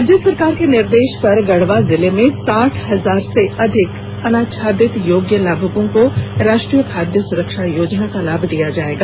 राज्य सरकार के निर्देश पर गढ़वा जिले में साठ हजार से अधिक अनाच्छादित योग्य लाभुकों को राष्ट्रीय खाद्य सुरक्षा योजना का लाभ दिया जायेगा